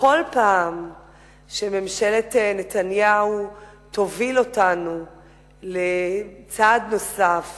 בכל פעם שממשלת נתניהו תוביל אותנו צעד נוסף